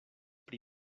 pri